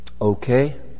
Okay